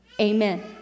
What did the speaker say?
Amen